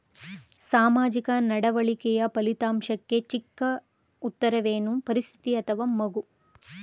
ಸಾಮಾಜಿಕ ನಡವಳಿಕೆಯ ಫಲಿತಾಂಶಕ್ಕೆ ಚಿಕ್ಕ ಉತ್ತರವೇನು? ಪರಿಸ್ಥಿತಿ ಅಥವಾ ಮಗು?